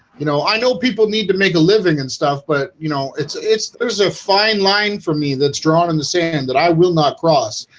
you know, i know people need to make a living and stuff but you know, it's it's there's a fine line for me. that's drawn in the sand that i will not cross